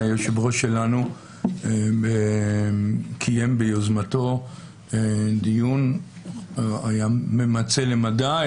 היושב-ראש שלנו קיים ביוזמתו דיון ממצה למדי,